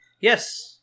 Yes